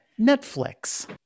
Netflix